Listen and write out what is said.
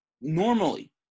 normally